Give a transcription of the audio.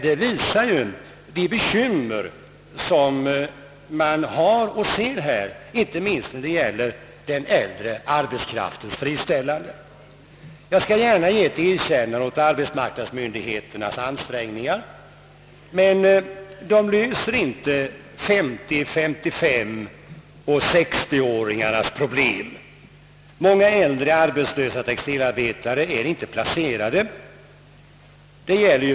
Detta visar vilka bekymmer man har i dessa bygder inte minst när det gäller den äldre arbetskraften. Jag skall gärna ge ett erkännande åt arbetsmarknadsmyndigheternas ansträngningar, men dessa löser inte 50—55 och 60-åringars problem. Många äldre arbetslösa textilarbetare är inte placerade.